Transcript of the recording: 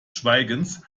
schweigens